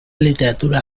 literatura